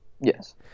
Yes